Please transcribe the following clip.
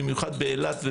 במיוחד באילת.